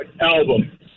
album